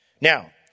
Now